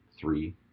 three